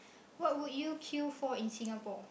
what would you queue for in Singapore